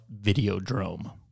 Videodrome